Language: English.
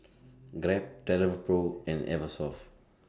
Grab Travelpro and Eversoft